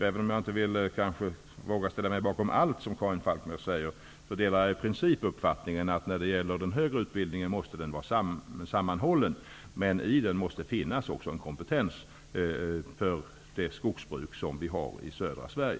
Även om jag inte vågar ställa mig bakom allt som Karin Falkmer säger, delar jag i princip uppfattningen att den högre utbildningen måste vara sammanhållen, men att i den också måste finnas en kompetens för skogsbruket i södra Sverige.